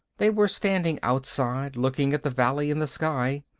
they were standing outside, looking at the valley and the sky.